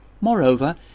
Moreover